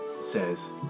says